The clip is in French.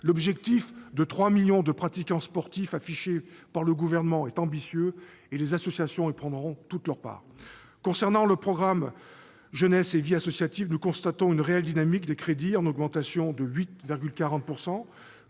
L'objectif de 3 millions de pratiquants sportifs affiché par le Gouvernement est ambitieux ; les associations y prendront toute leur part. Concernant le programme « Jeunesse et vie associative », nous constatons une réelle dynamique des crédits, en augmentation de 8,4 %,